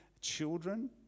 children